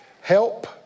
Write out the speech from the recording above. Help